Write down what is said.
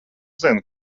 zinu